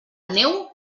neu